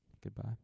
Goodbye